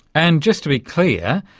and just to be clear,